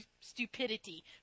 stupidity